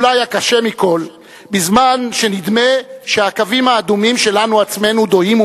ואולי הקשה מכול: בזמן שנדמה שהקווים האדומים שלנו עצמנו דוהים